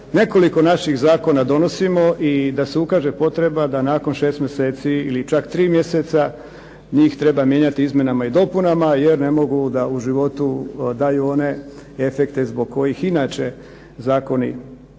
nekoliko naših zakona donosimo i da se ukaže potreba da nakon 6 mjeseci ili čak nakon 3 mjeseca njih treba mijenjati izmjenama i dopunama jer ne mogu u životu da daju one efekte zbog kojih inače se zakoni donose.